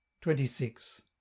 Twenty-six